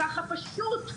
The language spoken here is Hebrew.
ככה פשוט.